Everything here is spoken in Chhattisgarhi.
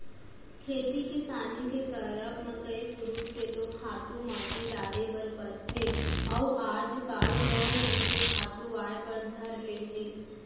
खेती किसानी के करब म कई पुरूत के तो खातू माटी डारे बर परथे अउ आज काल रंग रंग के खातू आय बर धर ले हे